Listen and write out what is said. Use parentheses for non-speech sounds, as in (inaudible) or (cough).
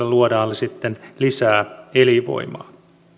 (unintelligible) luodaan sitten lisää elinvoimaa